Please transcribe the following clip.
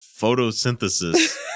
photosynthesis